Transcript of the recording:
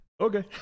Okay